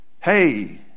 Hey